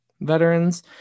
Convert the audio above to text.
veterans